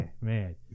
man